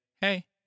hey